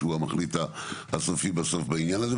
שהוא המחליט הסופי בסוף בעניין הזה,